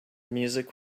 music